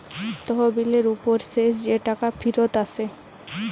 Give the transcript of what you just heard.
তহবিলের উপর শেষ যে টাকা ফিরত আসে